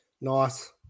Nice